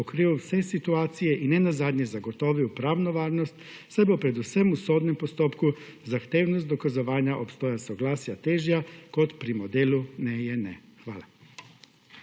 pokril vse situacije in nenazadnje zagotovil pravno varnost, saj bo predvsem v sodnem postopku zahtevnost dokazovanja obstoja soglasja težja kot pri modelu »Ne je ne.«. Hvala.